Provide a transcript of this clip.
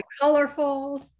colorful